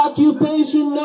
Occupation